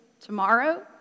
tomorrow